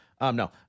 No